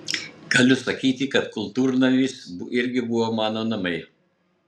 galiu sakyti kad kultūrnamis irgi buvo mano namai